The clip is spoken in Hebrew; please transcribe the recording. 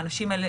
האנשים האלה